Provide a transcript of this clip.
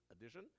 addition